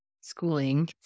schooling